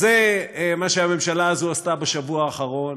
אז זה מה שהממשלה הזאת עשתה בשבוע האחרון,